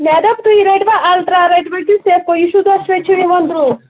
مےٚ دوٚپ تُہۍ رٔٹوا اَلٹرٛا رٔٹوا کِنہٕ سیفکَو یہِ چھُو دۄشوَے چھِ یِوان درٛوگ